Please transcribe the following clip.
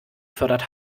fördert